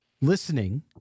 listening